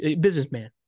businessman